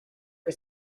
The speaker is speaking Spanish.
que